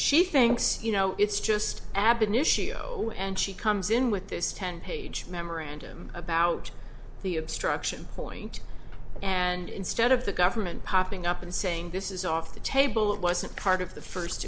she thinks you know it's just abin issue and she comes in with this ten page memorandum about the obstruction point and instead of the government popping up and saying this is off the table it wasn't part of the first